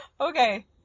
Okay